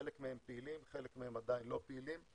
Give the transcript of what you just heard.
חלק מהם פעילים, חלק מהם עדיין לא פעילים,